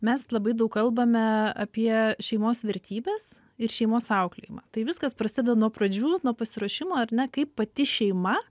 mes labai daug kalbame apie šeimos vertybes ir šeimos auklėjimą tai viskas prasideda nuo pradžių nuo pasiruošimo ar ne kaip pati šeima